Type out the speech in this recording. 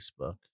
Facebook